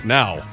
now